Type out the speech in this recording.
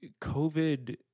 COVID